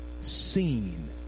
seen